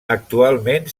actualment